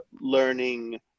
Learning